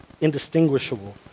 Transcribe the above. indistinguishable